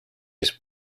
his